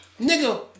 nigga